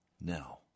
now